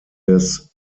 des